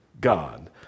God